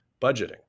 budgeting